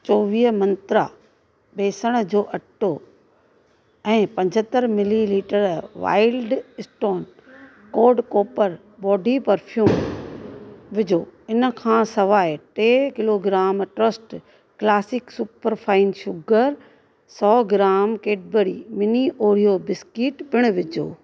चोवीह मंत्रा बेसण जो अटो ऐं पंजहतरि millilitre wild stone code copper body perfume विझो हिन खां सवाइ टे kilogram trust classic super fine sugar सौ gram Cadbury mini Oreo biscuit पिणि विझो